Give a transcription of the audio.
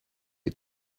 you